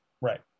Right